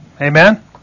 Amen